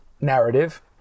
narrative